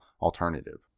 alternative